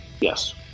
Yes